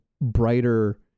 brighter